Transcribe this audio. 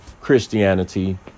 christianity